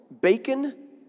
bacon